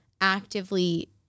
actively